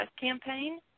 campaign